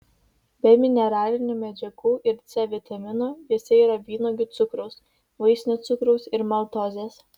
be mineralinių medžiagų ir c vitamino juose yra vynuogių cukraus vaisinio cukraus ir maltozės